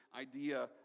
idea